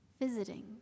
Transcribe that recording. visiting